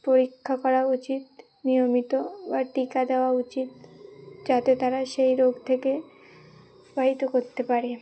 পরীক্ষা করা উচিত নিয়মিত বা টিকা দেওয়া উচিত যাতে তারা সেই রোগ থেকে প্রবাহিত করতে পারে